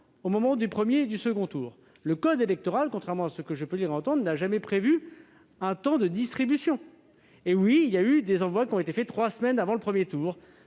au moment des premier et second tours. Le code électoral, contrairement à ce que je peux entendre, n'a jamais prévu un temps de distribution. Oui, il y a eu des envois faits trois semaines avant le premier tour.